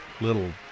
little